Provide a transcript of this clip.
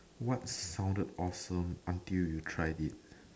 what sounded awesome until you tried it